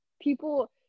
people